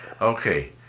Okay